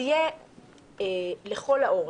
תהיה לכל האורך.